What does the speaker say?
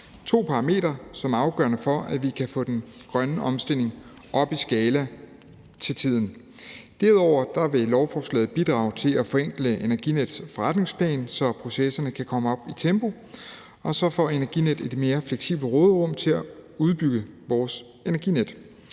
to parametre, som er afgørende for, at vi kan få den grønne omstilling op i skala til tiden. Derudover vil lovforslaget bidrage til at forenkle Energinets forretningsplan, så processerne kan komme op i tempo, og så får Energinet et mere fleksibelt råderum til at udbygge vores energinet.